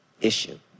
issue